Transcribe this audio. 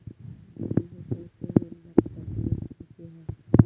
दुधी भोपळ्याचो वेल लागता, ती एक भाजी हा